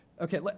Okay